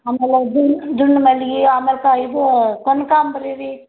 ಆಮೇಲೆ ದುಂಡು ಮಲ್ಲಿಗೆ ಆಮೇಲೆ ಇದು ಕನಕಾಂಬ್ರ ರೀ